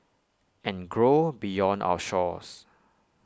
and grow beyond our shores